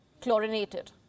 chlorinated